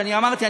ואני אמרתי,